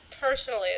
Personally